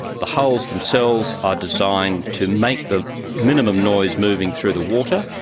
the hulls themselves are designed to make the minimum noise moving through the water,